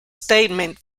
statement